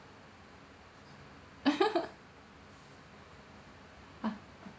ah